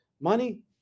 Money